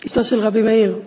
אשתו של רבי מאיר,